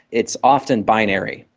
it's often binary.